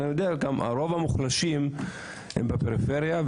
רוב המוחלשים נמצאים בפריפריה,